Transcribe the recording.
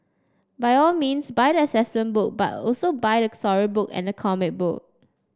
by all means buy the assessment book but also buy the storybook and the comic book